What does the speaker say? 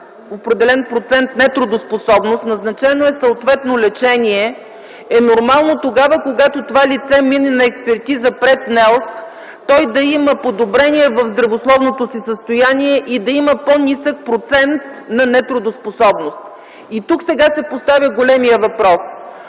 определен процент нетрудоспособност, назначено е съответно лечение, е нормално тогава, когато това лице мине на експертиза пред НЕЛК, да има подобрение в здравословното си състояние и да има по-нисък процент на нетрудоспособност. И тук сега се поставя големият въпрос.